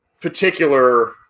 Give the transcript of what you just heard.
particular